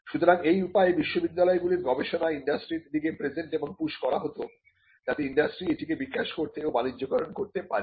সুতরাং এই উপায়ে বিশ্ববিদ্যালয়গুলির গবেষণা ইন্ডাস্ট্রির দিকে প্রেজেন্ট এবং পুস করা হত যাতে ইন্ডাস্ট্রি এটিকে বিকাশ করতে ও বাণিজ্যকরন করতে পারে